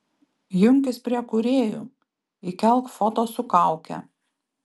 junkis prie kūrėjų įkelk foto su kauke